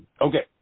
Okay